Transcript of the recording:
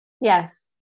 yes